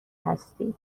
هستی